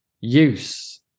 use